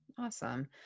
Awesome